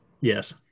Yes